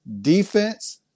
defense